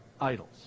idols